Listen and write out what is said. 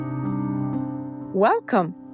Welcome